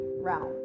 realm